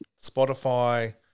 Spotify